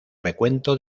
recuento